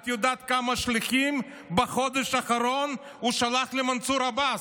את יודעת כמה שליחים בחודש האחרון הוא שלח למנסור עבאס?